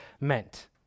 meant